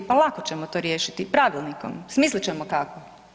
Pa lako ćemo to riješiti, pravilnikom, smislit ćemo kako.